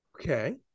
Okay